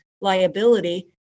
liability